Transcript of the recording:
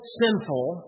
sinful